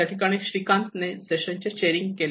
त्याठिकाणी श्रीकांतने session chairing केले